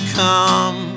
come